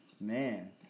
Man